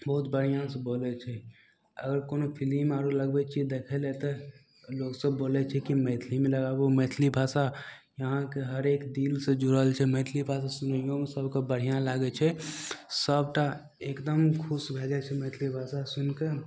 बहुत बढ़िआँसँ बोलय छै आओर कोनो फिल्म आर लगबय छियै देखै लए तऽ लोग सभ बोलय छै कि मैथिलीमे लगाबू मैथिली भाषा इहाँके हरेक दिलसँ जुड़ल छै मैथिली भाषा सुनैयोमे सभके बढ़िआँ लागय छै सभटा एकदम खुश भए जाइ छै मैथिली भाषा सुनिके